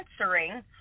answering